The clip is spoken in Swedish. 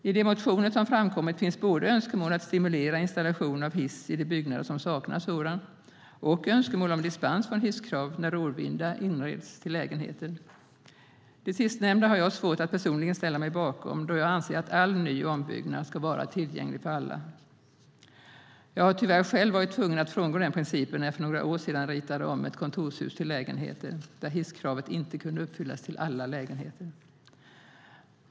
I de motioner som har inkommit finns både önskemål om att stimulera installation av hiss i de byggnader som saknar sådan och önskemål om dispens från hisskravet när råvindar inreds till lägenheter. Det sistnämnda har jag svårt att personligen ställa mig bakom, då jag anser att all ny och ombyggnad ska vara tillgänglig för alla. Jag har tyvärr själv varit tvungen att frångå den principen när jag för några år sedan ritade om ett kontorshus till lägenheter. Där kunde inte hisskravet uppfyllas för alla lägenheter.